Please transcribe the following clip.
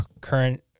current